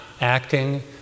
acting